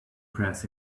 press